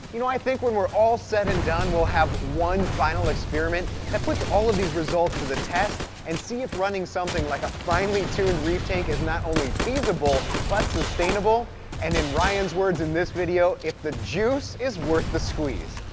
you know i think when we're all said and done we'll have one final experiment that puts all of these results to the test and see if running something like a finely tuned reef tank is not only feasible but sustainable and in ryan's words in this video, if the juice is worth the squeeze.